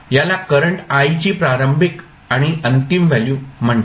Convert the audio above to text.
याला current i ची प्रारंभिक आणि अंतिम व्हॅल्यू म्हणतात